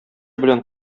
белән